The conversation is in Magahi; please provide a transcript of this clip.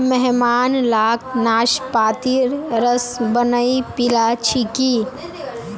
मेहमान लाक नाशपातीर रस बनइ पीला छिकि